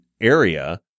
area